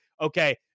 okay